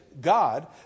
God